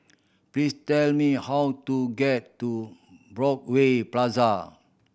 please tell me how to get to Broadway Plaza